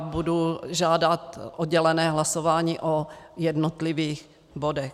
Budu žádat oddělené hlasování o jednotlivých bodech.